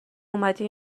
اومدی